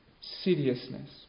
seriousness